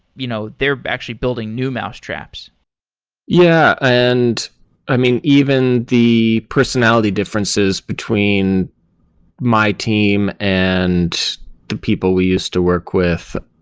you know they're actually building new mousetraps. yeah. and i mean, even the personality differences between my team and the people we used to work with,